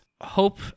hope